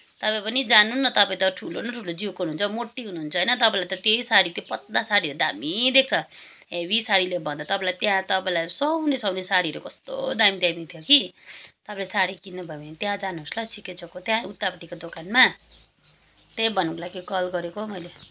तपाईँ पनि जानु न तपाईँ त ठुलो न ठुलो जिउको हुनुहुन्छ मोटी हुनुहुन्छ होइन तपाईँलाई त त्यही सारी त्यो पातला सारीहरू दामी देख्छ हेभी सारीलेभन्दा तपाईँलाई त्यहाँ तपाईँलाई सुहाउने सुहाउने सारीहरू कस्तो दामी दामी थियो कि तपाईँले सारी किन्नुभयो भने त्यहाँ जानुहोस् ल सिके चोकको त्या उत्तापट्टिको दोकानमा त्यही भन्नुको लागि कल गरेको मैले